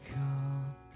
come